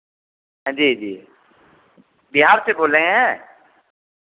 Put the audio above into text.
जी जी बिहार से बोल रही हैं